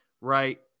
right